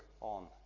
on